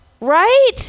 Right